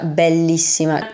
bellissima